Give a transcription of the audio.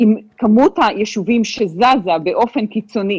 עם כמות היישובים שזזה באופן קיצוני